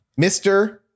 Mr